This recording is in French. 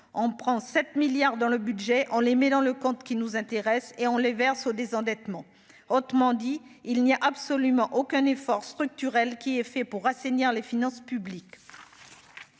en prend 7 milliards dans le budget, on les met dans le conte qui nous intéresse et on les verse au désendettement, autrement dit, il n'y a absolument aucun effort structurel qui est fait pour assainir les finances publiques.